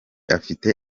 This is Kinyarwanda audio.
afite